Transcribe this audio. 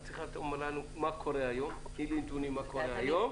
תני לי נתונים מה קורה היום,